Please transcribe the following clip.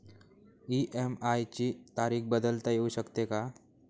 EMI ची तारीख बदलता येऊ शकते का?